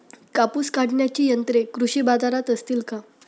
कापूस काढण्याची यंत्रे कृषी बाजारात असतील का?